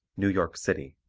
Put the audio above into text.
new york city